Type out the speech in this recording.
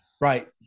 Right